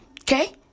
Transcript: Okay